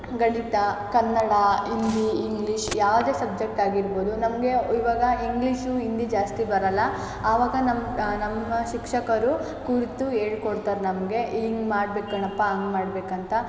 ಗಣಿತ ಕನ್ನಡ ಹಿಂದಿ ಇಂಗ್ಲೀಷ್ ಯಾವುದೇ ಸಬ್ಜೆಕ್ಟ್ ಆಗಿರ್ಬೋದು ನಮಗೆ ಇವಾಗ ಇಂಗ್ಲೀಷು ಹಿಂದಿ ಜಾಸ್ತಿ ಬರೋಲ್ಲ ಅವಾಗ ನಮ್ಮ ನಮ್ಮ ಶಿಕ್ಷಕರು ಕುರಿತು ಹೇಳ್ಕೊಡ್ತಾರೆ ನಮಗೆ ಹೀಗ್ ಮಾಡ್ಬೇಕು ಕಣಪ್ಪ ಹಾಗ್ ಮಾಡ್ಬೇಕು ಅಂತ